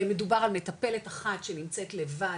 מדובר על מטפלת אחת שנמצאת לבד,